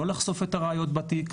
לא לחשוף את הראיות בתיק,